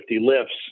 lifts